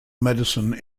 medicine